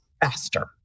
faster